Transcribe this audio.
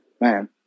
man